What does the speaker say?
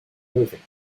moving